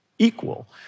Equal